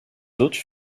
autres